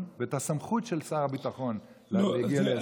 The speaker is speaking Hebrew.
ואת הסמכות של שר הביטחון להגיע להסדרים.